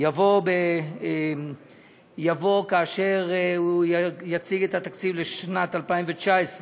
יבוא כאשר הוא יציג את התקציב לשנת 2019,